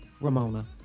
Ramona